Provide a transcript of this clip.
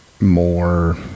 more